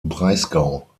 breisgau